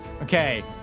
Okay